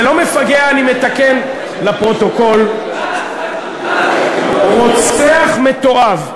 זה לא מפגע, אני מתקן לפרוטוקול: רוצח מתועב,